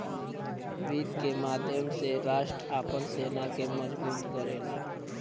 वित्त के माध्यम से राष्ट्र आपन सेना के मजबूत करेला